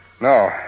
No